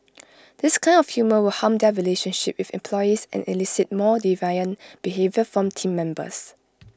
this kind of humour will harm their relationship with employees and elicit more deviant behaviour from Team Members